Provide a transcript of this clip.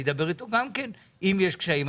אני אדבר איתו גם כן אם יש קשיים,